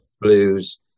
blues